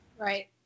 right